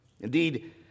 Indeed